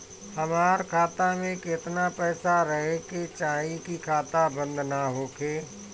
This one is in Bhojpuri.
हमार खाता मे केतना पैसा रहे के चाहीं की खाता बंद ना होखे?